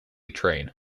train